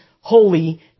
holy